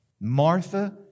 Martha